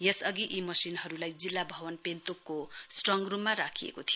यस अघि यी मशिनहरुलाई जिल्ला भवन पेन्तोकको स्ट्रङ रुममा राखिएको थियो